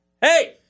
hey